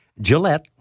Gillette